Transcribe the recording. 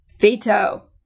veto